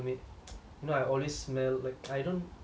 no I always smell like I don't